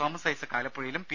Thomas Isaac ആലപ്പുഴയിലും P